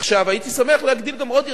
עכשיו, הייתי שמח להגדיל גם עוד יותר,